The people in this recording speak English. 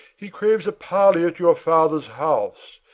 he craves a parley at your father's house,